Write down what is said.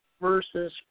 versus